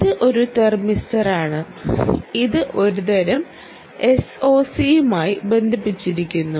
ഇത് ഒരു തെർമിസ്റ്ററാണ് ഇത് ഒരുതരം എസ്ഒസിയുമായി ബന്ധിപ്പിച്ചിരിക്കുന്നു